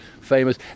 famous